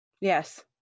Yes